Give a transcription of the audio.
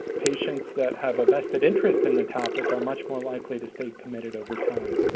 patients that have a vested interest in the topic are much more likely to stay committed over time.